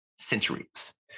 centuries